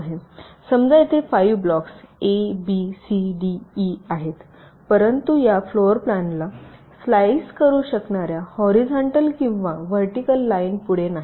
समजा येथे 5 blocks A B C D E आहेत परंतु या फ्लोरप्लानला स्लाइस करू शकणार्या हॉरीझॉन्टल किंवा व्हर्टिकल रेषा पुढे नाहीत